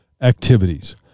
activities